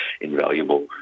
invaluable